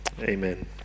amen